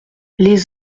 les